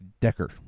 Decker